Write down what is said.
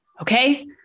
Okay